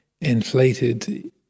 inflated